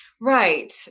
Right